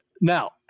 Now